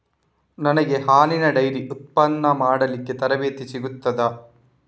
ನನಗೆ ಹಾಲಿನ ಡೈರಿ ಉತ್ಪನ್ನ ಮಾಡಲಿಕ್ಕೆ ತರಬೇತಿ ಸಿಗುತ್ತದಾ?